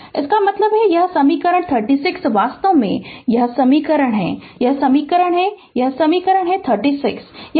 Refer Slide Time 0557 इसका मतलब है कि यह समीकरण 36 वास्तव में यह समीकरण है यह समीकरण है यह समीकरण है यह समीकरण 36 है